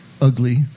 ugly